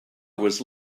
was